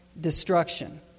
destruction